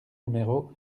numéro